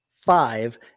five